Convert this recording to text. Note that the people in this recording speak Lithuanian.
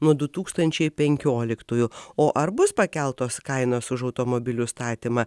nuo du tūkstančiai penkioliktųjų o ar bus pakeltos kainos už automobilių statymą